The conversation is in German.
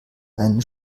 ein